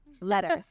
letters